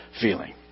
feeling